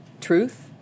truth